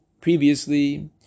previously